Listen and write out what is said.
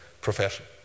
profession